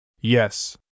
Yes